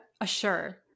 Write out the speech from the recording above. assure